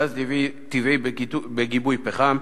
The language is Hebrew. גז טבעי בגיבוי פחם,